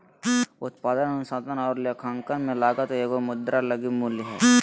उत्पादन अनुसंधान और लेखांकन में लागत एगो मुद्रा लगी मूल्य हइ